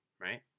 right